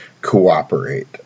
cooperate